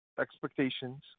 expectations